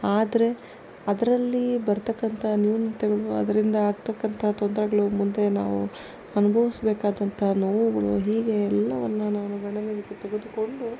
ಆದರೆ ಅದರಲ್ಲಿ ಬರತಕ್ಕಂಥ ನ್ಯೂನತೆಗಳು ಅದರಿಂದ ಆಗ್ತಕ್ಕಂಥ ತೊಂದರೆಗಳು ಮುಂದೆ ನಾವು ಅನುಭವಿಸ್ಬೇಕಾದಂತಹ ನೋವುಗಳು ಹೀಗೆ ಎಲ್ಲವನ್ನು ನಾನು ಗಣನೆಗೆ ತೆಗೆದುಕೊಂಡು